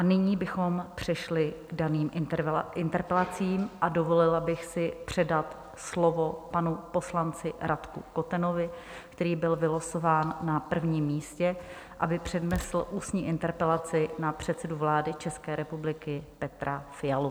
Nyní bychom přešli k daným interpelacím a dovolila bych si předat slovo panu poslanci Radku Kotenovi, který byl vylosován na prvním místě, aby přednesl ústní interpelaci na předsedu vlády České republiky Petra Fialu.